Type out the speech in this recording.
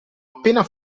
appena